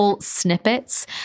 snippets